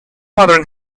modern